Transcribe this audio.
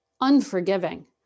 unforgiving